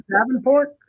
Davenport